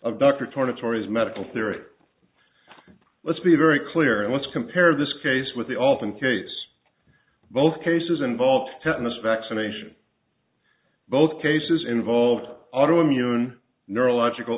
tory's medical theory let's be very clear and let's compare this case with the often case both cases involve tetanus vaccination both cases involve auto immune neurological